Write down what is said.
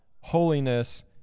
holiness